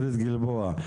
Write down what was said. גלבוע.